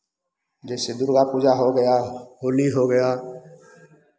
जैसे दुर्गा पूजा हो गया होली हो गया